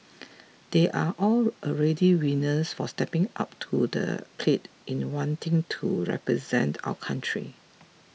they are all already winners for stepping up to the plate in wanting to represent our country